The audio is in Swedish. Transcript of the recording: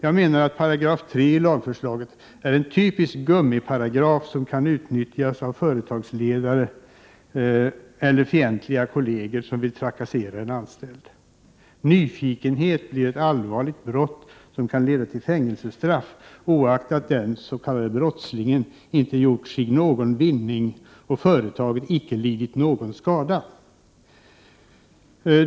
Jag menar att 3 § i lagförslaget är en typisk gummiparagraf som kan hemligheter utnyttjas av företagsledare eller fientliga kolleger som vill trakassera en anställd. Nyfikenhet blir ett allvarligt brott som kan leda till fängelsestraff, oaktat den s.k. brottslingen inte gjort sig någon vinning och företaget icke lidit någon skada.